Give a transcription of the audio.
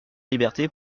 liberté